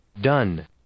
Done